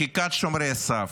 מחיקת שומרי הסף,